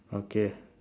okay